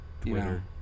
Twitter